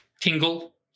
tingle